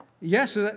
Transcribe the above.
Yes